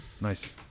Nice